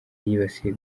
yibasiye